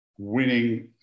winning